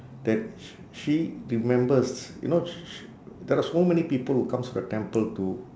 that sh~ she remembers you know sh~ sh~ there are so many people who comes to the temple to